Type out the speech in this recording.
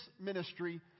ministry